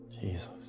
Jesus